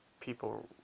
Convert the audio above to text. people